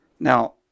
Now